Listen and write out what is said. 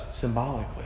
symbolically